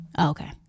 Okay